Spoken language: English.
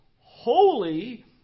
holy